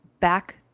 back